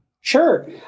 sure